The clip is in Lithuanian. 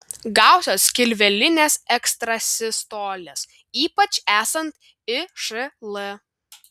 gausios skilvelinės ekstrasistolės ypač esant išl